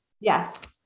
Yes